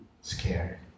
scared